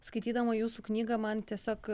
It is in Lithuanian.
skaitydama jūsų knygą man tiesiog